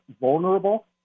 vulnerable